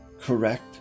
correct